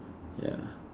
ya